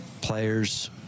players